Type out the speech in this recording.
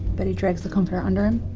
but he drags the comforter under him.